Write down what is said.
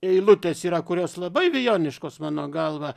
eilutės yra kurios labai vijoniškos mano galva